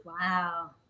Wow